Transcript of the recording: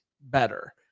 better